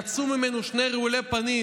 יצאו ממנו שני רעולי פנים,